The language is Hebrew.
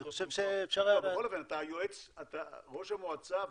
אני חושב שאפשר ל --- אבל בכל אופן אתה ראש המועצה והיועץ.